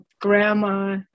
grandma